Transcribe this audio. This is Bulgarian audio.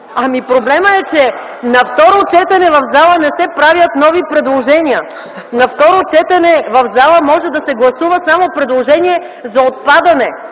Проблемът е, че на второ четене в залата не се правят нови предложения. На второ четене в залата може да се гласуват само предложения за отпадане